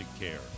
care